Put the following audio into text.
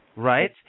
Right